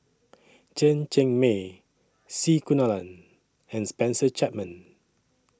Chen Cheng Mei C Kunalan and Spencer Chapman